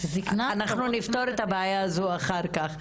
אנחנו נפתור את הבעיה הזו אחר כך,